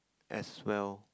as well